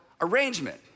arrangement